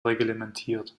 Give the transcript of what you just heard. reglementiert